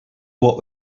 what